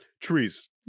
Trees